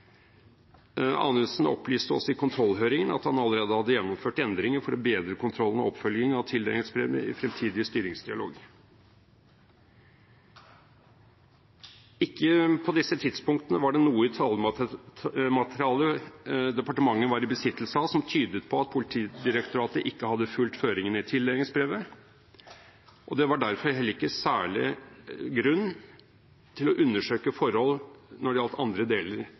opplyste også til oss i kontrollhøringen at han allerede hadde gjennomført endringer for å bedre kontrollen og oppfølgingen av tildelingsbrevet i fremtidige styringsdialoger. På disse tidspunktene var det ikke noe i tallmaterialet som departementet var i besittelse av, som tydet på at Politidirektoratet ikke hadde fulgt føringene i tildelingsbrevet, og det var derfor heller ikke særlig grunn til å undersøke forhold når det gjaldt andre deler